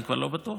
אני כבר לא בטוח,